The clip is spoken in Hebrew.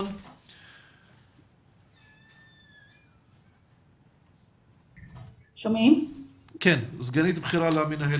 בבקשה.